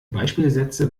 beispielsätze